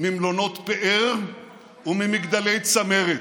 ממלונות פאר וממגדלי צמרת.